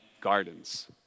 gardens